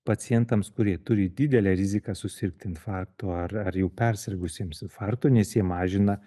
pacientams kurie turi didelę riziką susirgt infarktu ar ar jau persirgusiems infarktu nes jie mažina